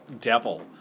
devil